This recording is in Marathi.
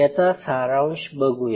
याचा सारांश बघूया